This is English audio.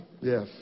Yes